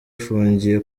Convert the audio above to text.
afungiye